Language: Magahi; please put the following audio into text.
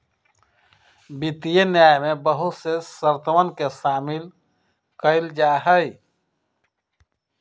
वित्तीय न्याय में बहुत से शर्तवन के शामिल कइल जाहई